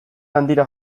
handira